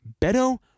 Beto